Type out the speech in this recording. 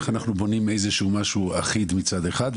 איך אנחנו בונים איזשהו משהו אחיד מצד אחד,